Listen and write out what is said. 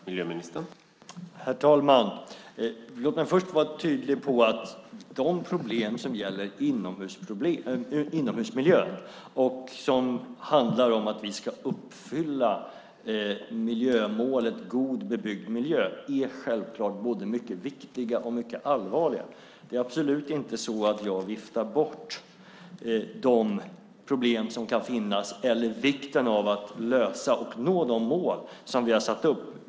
Herr talman! Låt mig först vara tydlig med att de problem som gäller inomhusmiljö och handlar om att vi ska uppfylla miljömålet God bebyggd miljö självklart är både mycket viktiga och mycket allvarliga. Det är absolut inte så att jag viftar bort de problem som kan finnas eller vikten av att lösa dem och att nå de mål som vi har satt upp.